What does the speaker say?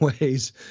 ways